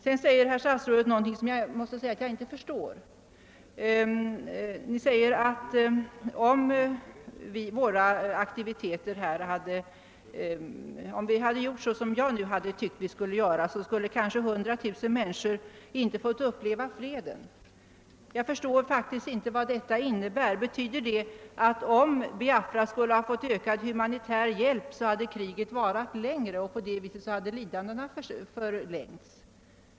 Utrikesministern sade här någonting som jag inte förstår, nämligen att om man hade gjort så som jag ansett att vi bort göra, hade kanske 100 000 människor inte fått uppleva freden. Jag förstår inte vad detta innebär. Betyder detta, att om Biafra fått ökad humanitär hjälp, hade kriget varat längre och lidandet förlängts?